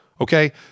okay